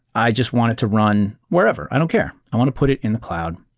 i just want it to run wherever. i don't care. i want to put it in the cloud.